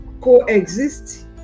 coexist